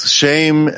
shame